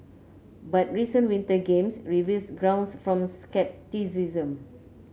but recent Winter Games reveal grounds form scepticism